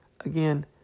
again